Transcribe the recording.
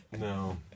No